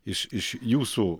iš iš jūsų